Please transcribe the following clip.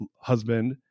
husband